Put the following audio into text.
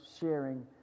sharing